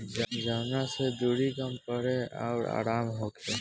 जवना से दुरी कम पड़े अउर आराम होखे